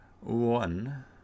one